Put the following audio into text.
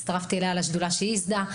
הצטרפתי לשדולה שהיא ייסדה,